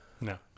No